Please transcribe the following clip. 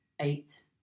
eight